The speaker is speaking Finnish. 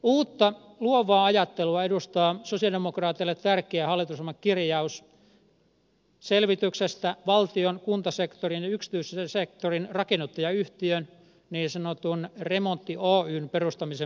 uutta luovaa ajattelua edustaa sosialidemokraateille tärkeä hallitusohjelman kirjaus selvityksestä valtion kuntasektorin ja yksityisen sektorin rakennuttajayhtiön niin sanotun remontti oyn perustamisen mahdollisuudesta